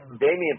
Damian